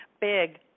big